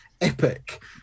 Epic